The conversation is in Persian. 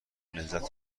لذت